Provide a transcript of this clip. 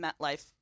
MetLife